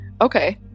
okay